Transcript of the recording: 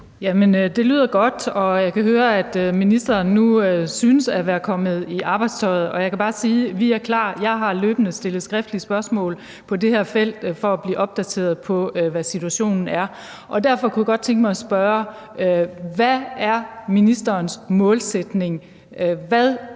Det lyder jo godt, og jeg kan høre, at ministeren nu synes at være kommet i arbejdstøjet, og jeg kan bare sige, at vi er klar. Jeg har løbende stillet skriftlige spørgsmål på det her felt for at blive opdateret på, hvad situationen er, og derfor kunne jeg godt tænke mig at spørge: Hvad er ministerens målsætning? Hvad